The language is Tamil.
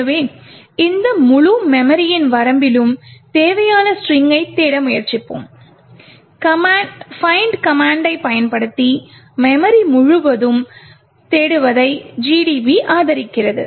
எனவே இந்த முழு மெமரியின் வரம்பிலும் தேவையான ஸ்ட்ரிங்கை தேட முயற்சிப்போம் find கமாண்ட்டைப் பயன்படுத்தி மெமரி முழுவதும் தேடுவதை GDB ஆதரிக்கிறது